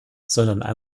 sondern